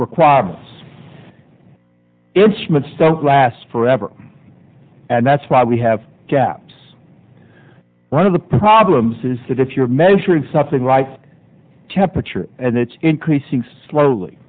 require us instruments don't last forever and that's why we have gaps one of the problems is that if you're measuring something right temperature and it's increasing slowly